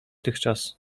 tychczas